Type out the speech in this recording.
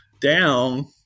down